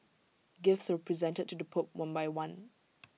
gifts were presented to the pope one by one